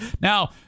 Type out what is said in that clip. Now